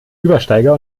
übersteiger